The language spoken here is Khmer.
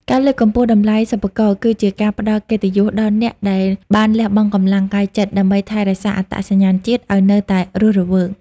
ការលើកកម្ពស់តម្លៃសិប្បករគឺជាការផ្ដល់កិត្តិយសដល់អ្នកដែលបានលះបង់កម្លាំងកាយចិត្ត ដើម្បីថែរក្សាអត្តសញ្ញាណជាតិឱ្យនៅតែរស់រវើក។